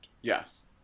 Yes